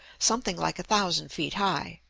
something like a thousand feet high.